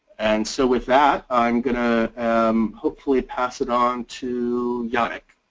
and so with that i'm going to um hopefully pass it on to jannik.